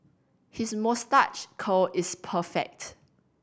his moustache curl is perfect